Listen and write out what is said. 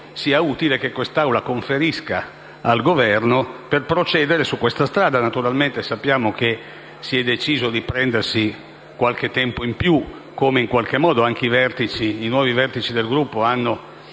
sia utile che l'Assemblea indichi al Governo per procedere su questa strada. Sappiamo che si è deciso di prendere qualche di tempo in più, come in qualche modo anche i nuovi vertici del gruppo